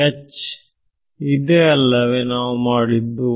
ವಿದ್ಯಾರ್ಥಿ H ಇದೇ ಅಲ್ಲವೇ ನಾವು ಮಾಡಿದ್ದು